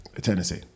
Tennessee